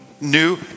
new